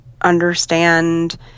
understand –